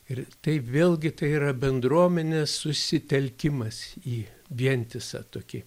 ir tai vėlgi tai yra bendruomenės susitelkimas į vientisą tokį